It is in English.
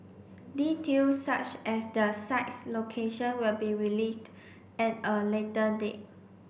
details such as the site's location will be released at a later date